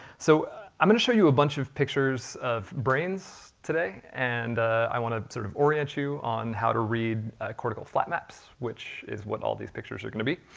so i'm going to show you a bunch of pictures of brains today, and i want to sort of orient you on how to read cortical flat maps which is what all these pictures are going to be.